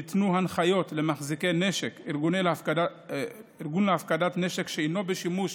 ניתנו הנחיות למחזיקי נשק ארגוני להפקדת נשק שאינו בשימוש